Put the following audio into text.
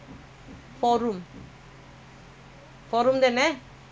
four room இங்கதா:inkathaa N_G